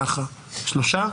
שלושה,